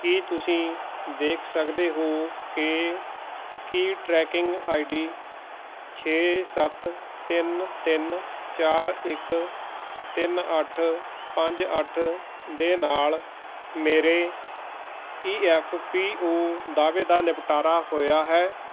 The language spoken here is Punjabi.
ਕੀ ਤੁਸੀਂ ਦੇਖ ਸਕਦੇ ਹੋ ਕਿ ਕੀ ਟਰੈਕਿੰਗ ਆਈ ਡੀ ਛੇ ਸੱਤ ਤਿੰਨ ਤਿੰਨ ਚਾਰ ਇੱਕ ਤਿੰਨ ਅੱਠ ਪੰਜ ਅੱਠ ਦੇ ਨਾਲ ਮੇਰੇ ਈ ਐੱਫ ਪੀ ਓ ਦਾਅਵੇ ਦਾ ਨਿਪਟਾਰਾ ਹੋਇਆ ਹੈ